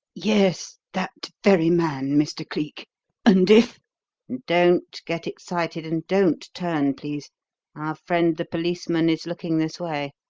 yes that very man, mr. cleek and if don't get excited and don't turn, please our friend the policeman is looking this way.